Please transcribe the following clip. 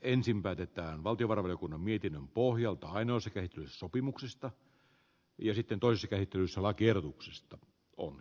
ensin päätetään valtiovarainvaliokunnan mietinnön pohjalta ainoassa käsittelyssä sopimuksesta ja sitten toisi käytön salakirjoituksesta on